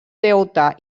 deute